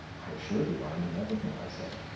i assure you i mean everything i say,